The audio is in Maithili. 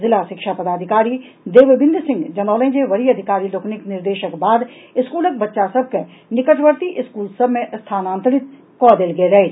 जिला शिक्षा पदाधिकारी देवबिंद सिंह जनौलनि जे वरीय अधिकारी लोकनिक निर्देशक बाद स्कूलक बच्चा सभ के निकटवर्ती स्कूल सभ मे स्थानांतरित कऽ देल गेल अछि